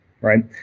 right